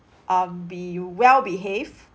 uh be well-behave